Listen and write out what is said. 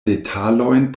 detalojn